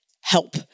help